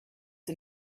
the